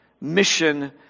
mission